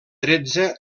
tretze